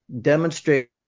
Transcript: demonstrate